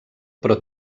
però